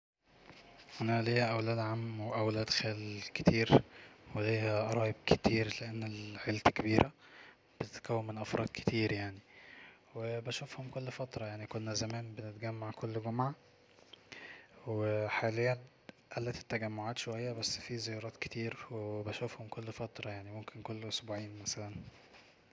أنا ليا اولاد عم واولاد خال كتير وليا قرايب كتير لان عيلتي كبيرة بتتكون من أفراد كتير وبشوفهم كل فترة يعني كنا زمان بنتجمع كل جمعة وحاليا قلت التجمعات شوية وبشوفهم كل فترة يعني ممكن كل اسبوعين مثلا